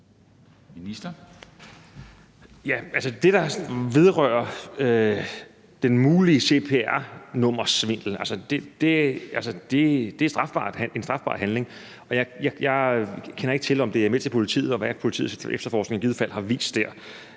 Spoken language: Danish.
det, der vedrører den mulige cpr-nummersvindel, så er det en strafbar handling, og jeg kender ikke til, om det er meldt til politiet, og hvad politiets efterforskning i givet